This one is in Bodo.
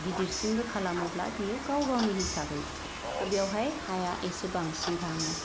गिदिरसिनबो खालामोब्ला बियो गाव गावनि हिसाबै थ' बियावहाय हाया एसे बांसिन थाङो